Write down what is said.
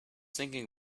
thinking